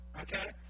Okay